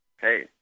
Hey